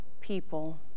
people